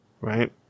Right